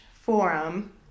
forum